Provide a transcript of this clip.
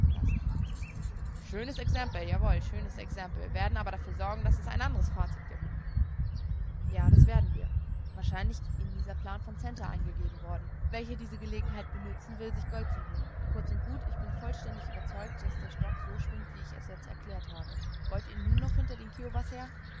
schönes exempel jawohl schönes exempel werden aber dafür sorgen daß es ein anderes fazit ergibt ja das werden wir wahrscheinlich ist ihnen dieser plan von santer eingegeben worden welcher diese gelegenheit benützen will sich gold zu holen kurz und gut ich bin vollständig überzeugt daß der stock so schwimmt wie ich es jetzt erklärt habe wollt ihr nun noch hinter den kiowas her